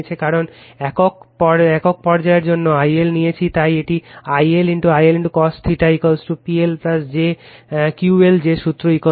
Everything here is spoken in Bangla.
কারণ একক পর্যায়ের জন্য I L নিয়েছে তাই এটি I L I L cos θ PL jQ L যে সূত্র PL